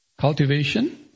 cultivation